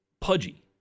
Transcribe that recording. pudgy